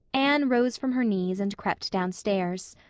anne rose from her knees and crept downstairs.